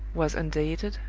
was undated,